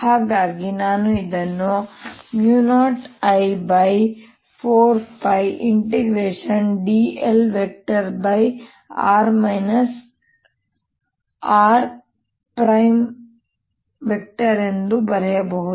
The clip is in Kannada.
ಹಾಗಾಗಿ ನಾನು ಇದನ್ನು 0I4πdl|r r|ಎಂದು ಬರೆಯಬಹುದು